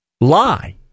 lie